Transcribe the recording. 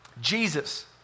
Jesus